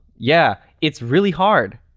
yeah, it's really hard.